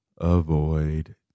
avoid